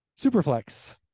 Superflex